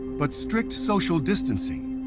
but strict social distancing